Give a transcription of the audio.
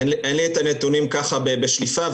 אין לי את הנתונים ככה בשליפה,